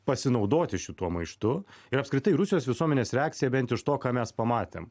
pasinaudoti šituo maištu ir apskritai rusijos visuomenės reakcija bent iš to ką mes pamatėm